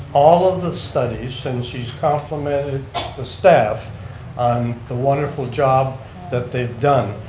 all of the studies, and she's complimented the staff on the wonderful job that they've done,